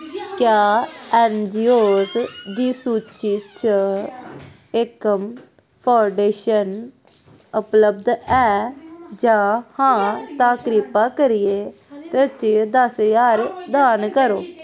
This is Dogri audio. क्या ऐन जी ओ दी सूची च एकम फाउंडेशन उपलब्ध ऐ जे हां तां कृपा करियै च दस ज्हार दान करो